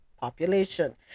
population